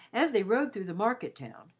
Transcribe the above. as they rode through the market town,